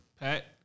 Pat